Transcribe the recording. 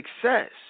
success